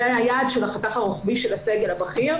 זה היה היעד של החתך הרוחבי של הסגל הבכיר,